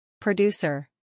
producer